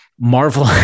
Marvel